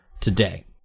today